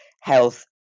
health